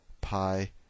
pi